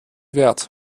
wert